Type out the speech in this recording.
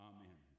Amen